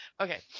Okay